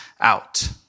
out